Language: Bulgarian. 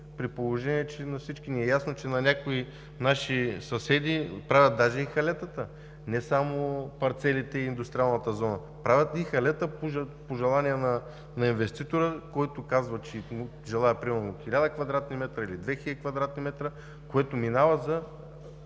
при положение че на всички ни е ясно, че някои наши съседи правят даже и халетата, не само парцелите и индустриалната зона. Правят и халета по желание на инвеститора, който казва, че желае примерно 1000 квадратни метра или 2000 квадратни метра, което минава за